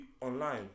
online